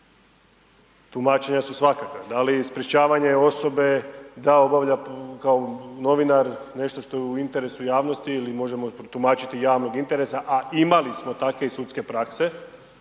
Tumačenja su svakakva. Da li sprečavanje osobe da obavlja kao novinar nešto što je u interesu javnosti ili možemo protumačiti od javnog interesa, a imali smo takve sudske prakse